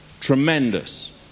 Tremendous